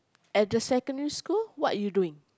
at the secondary school what you doing